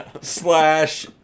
slash